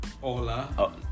Hola